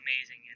amazing